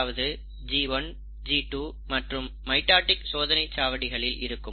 அதாவது G1 G2 மற்றும் மைட்டாடிக் சோதனை சாவடிகளில் இருக்கும்